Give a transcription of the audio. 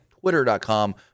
Twitter.com